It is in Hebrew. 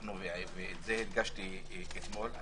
ואת זה הדגשתי אתמול,